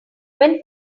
when